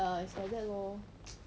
ya it's like that lor